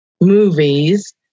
movies